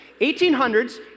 1800s